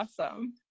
awesome